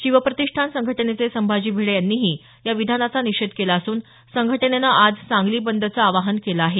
शिवप्रतिष्ठान संघटनेचे संभाजी भिडे यांनीही या विधानाचा निषेध केला असून संघटनेनं आज सांगली बंदचं आवाहन केलं आहे